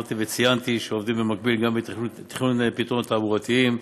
אמרתי וציינתי שעובדים במקביל גם בתכנון פתרונות תחבורתיים: